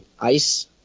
ice